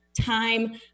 Time